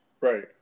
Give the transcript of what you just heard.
Right